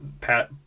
Pat